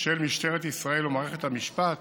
של משטרת ישראל ומערכת המשפט